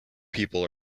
people